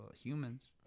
humans